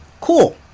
cool